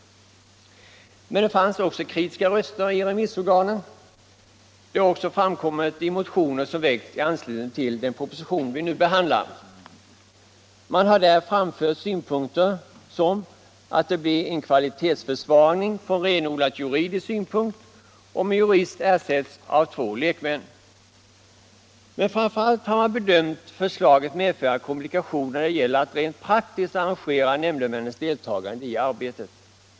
Men det fanns också kritiska röster i remissorganen. Det har även framkommit sådana i motioner som väckts i anslutning till den proposition vi nu behandlar. Man har där framfört synpunkten att det blir en kvalitetsförsvagning från renodlat juridisk synpunkt, om en jurist ersätts av två lekmän. Men framför allt har man bedömt förslaget medföra komplikationer när det gäller att rent praktiskt arrangera nämndemännens deltagande i arbetet.